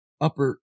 upper